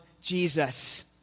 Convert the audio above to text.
Jesus